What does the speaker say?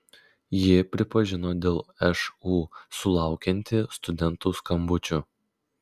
ji pripažino dėl šu sulaukianti studentų skambučių